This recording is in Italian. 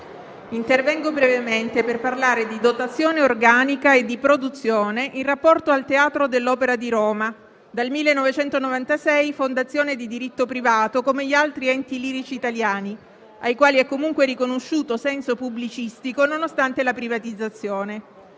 intervengo brevemente per parlare di dotazione organica e produzione in rapporto al Teatro dell'Opera di Roma, dal 1996 fondazione di diritto privato come gli altri enti lirici italiani, ai quali è comunque riconosciuto senso pubblicistico, nonostante la privatizzazione.